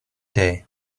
day